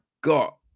got